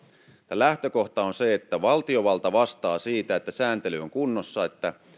lähtökohta on se että valtiovalta vastaa siitä että sääntely on kunnossa ja että